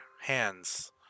hands